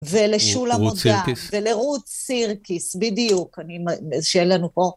ולשולה מודן, ולרות סירקיס, בדיוק, שאין לנו פה...